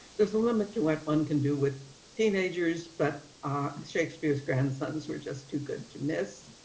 there's a limit to what one can do with teenagers, but shakespeare's grandsons were just too good to miss.